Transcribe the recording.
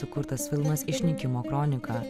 sukurtas filmas išnykimo kronika